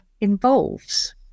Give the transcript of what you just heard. involves